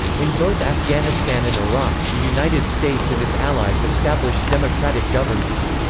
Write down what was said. in both afghanistan and iraq, the united states and its allies established democratic governments.